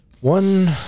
one